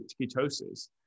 ketosis